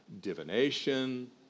divination